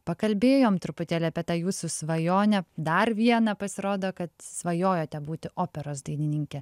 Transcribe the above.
pakalbėjom truputėlį apie tą jūsų svajonę dar vieną pasirodo kad svajojote būti operos dainininke